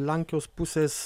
lenkijos pusės